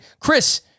Chris